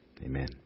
amen